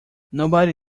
nobody